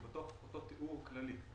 בתוך אותו סיווג כללי.